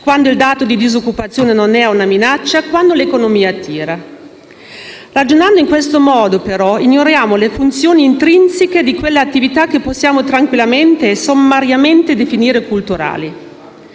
quando il dato di disoccupazione non è una minaccia, quando l'economia tira. Ragionando in questo modo, però, ignoriamo le funzioni intrinseche di quelle attività che possiamo tranquillamente e sommariamente definire culturali.